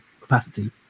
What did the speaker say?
capacity